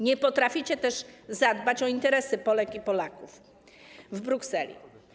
Nie potraficie też zadbać o interesy Polek i Polaków w Brukseli.